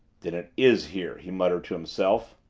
then it is here, he muttered to himself.